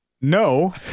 No